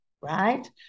right